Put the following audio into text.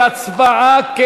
להצבעה על סעיף 53 לשנת 2015,